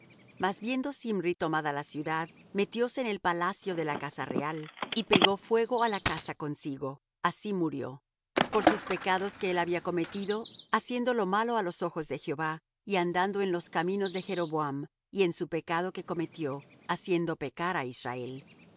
mas viendo zimri tomada la ciudad metióse en el palacio de la casa real y pegó fuego á la casa consigo así murió por sus pecados que él había cometido haciendo lo malo á los ojos de jehová y andando en los caminos de jeroboam y en su pecado que cometió haciendo pecar á israel